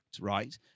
right